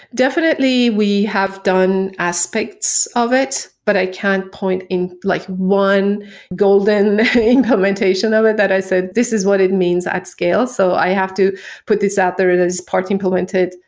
definitely, we have done aspects of it. but i can't point in like one golden implementation of it that i say, this is what it means at scale. so i have to put this out there as part implemented,